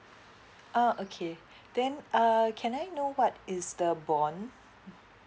oh okay then err can I know what is the bond